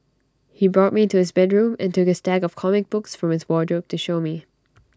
he brought me to his bedroom and took A stack of comic books from his wardrobe to show me